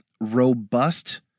robust